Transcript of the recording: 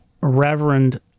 Reverend